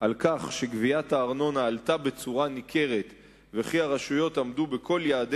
על כך שגביית הארנונה עלתה בצורה ניכרת והרשויות עמדו בכל יעדי